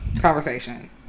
conversation